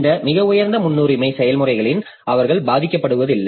இந்த மிக உயர்ந்த முன்னுரிமை செயல்முறைகள் அவர்கள் பாதிக்கப்படுவதில்லை